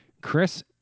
Chris